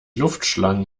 luftschlangen